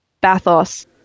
bathos